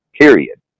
period